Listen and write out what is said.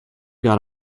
got